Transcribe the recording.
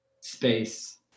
space